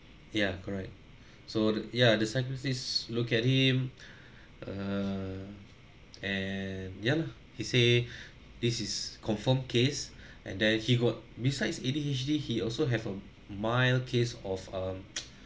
ya correct so the ya the scientists look at him err and ya lah he say this is confirmed case and then he got besides A_D_H_D he also have a mild case of um